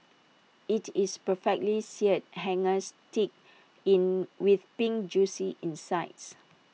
IT is perfectly seared hangers steak in with pink Juicy insides